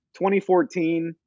2014 –